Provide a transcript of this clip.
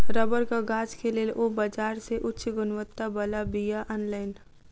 रबड़क गाछ के लेल ओ बाजार से उच्च गुणवत्ता बला बीया अनलैन